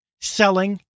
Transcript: selling